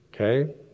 Okay